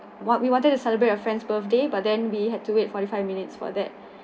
what we wanted to celebrate a friend's birthday but then we had to wait forty-five minutes for that